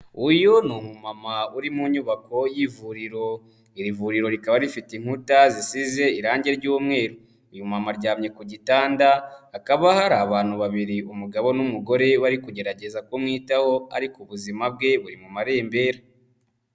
Uyu ni umumama uri mu nyubako y'ivuriro, iri vuriro rikaba rifite inkuta zisize irange ry'umweru, uyu mumama aryamye ku gitanda hakaba hari abantu babiri umugabo n'umugore bari kugerageza kumwitaho ariko ubuzima bwe buri mu marembera.